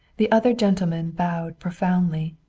the other gentlemen bowed profoundly.